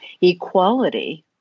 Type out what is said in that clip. equality